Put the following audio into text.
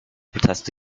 protest